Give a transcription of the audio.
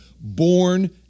born